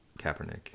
Kaepernick